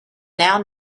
now